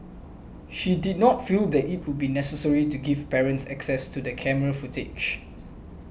she did not feel that it would be necessary to give parents access to the camera footage